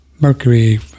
mercury